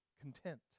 content